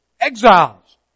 exiles